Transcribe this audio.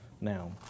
now